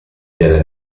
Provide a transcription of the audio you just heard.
della